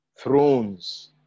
thrones